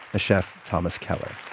chef thomas keller,